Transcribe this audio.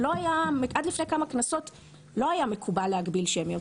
עד לפני כמה כנסות לא היה מקובל להגביל שמיות.